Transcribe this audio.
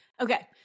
Okay